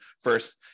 first